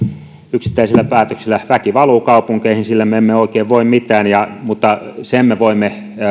yksittäisillä päätöksillä väki valuu kaupunkeihin sille me emme oikein voi mitään mutta sen me voimme